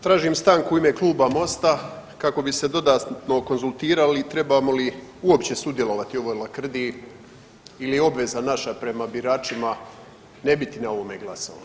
Tražim stanku u ime Kluba MOST-a kako bi se dodatno konzultirali trebamo li uopće sudjelovati u ovoj lakrdiji ili je obveza naša prema biračima ne biti na ovome glasovanju.